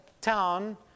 town